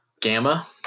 gamma